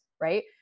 right